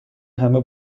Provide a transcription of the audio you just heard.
همه